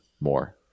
more